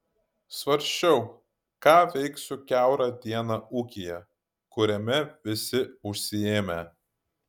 svarsčiau ką veiksiu kiaurą dieną ūkyje kuriame visi užsiėmę